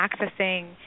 accessing